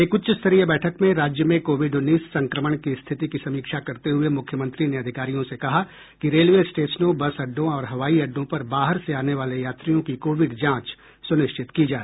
एक उच्चस्तरीय बैठक में राज्य में कोविड उन्नीस संक्रमण की स्थिति की समीक्षा करते हुए मुख्यमंत्री ने अधिकारियों से कहा कि रेलवे स्टेशनों बस अड्डों और हवाई अड्डों पर बाहर से आने वाले यात्रियों की कोविड जांच सुनिश्चित की जाए